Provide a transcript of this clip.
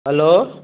hello